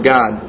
God